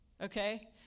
okay